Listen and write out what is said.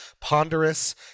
ponderous